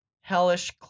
hellish